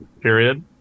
period